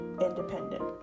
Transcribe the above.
independent